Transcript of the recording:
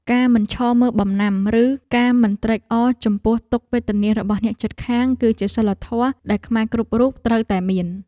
ការមិនឈរមើលបំណាំឬការមិនត្រេកអរចំពោះទុក្ខវេទនារបស់អ្នកជិតខាង គឺជាសីលធម៌ដែលខ្មែរគ្រប់រូបត្រូវតែមាន។